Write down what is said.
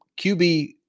QB